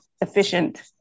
efficient